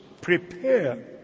Prepare